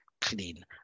clean